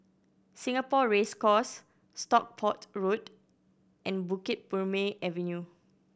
Singapore Race Course Stockport Road and Bukit Purmei Avenue